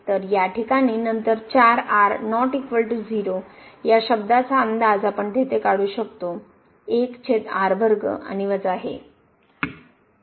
तर या ठिकाणी नंतर 4r ≠ 0 या शब्दाचा अंदाज आपण तेथे काढू शकतो आणि वजा हे